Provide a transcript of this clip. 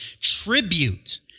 tribute